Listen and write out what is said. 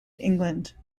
england